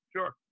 Sure